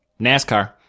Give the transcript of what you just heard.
NASCAR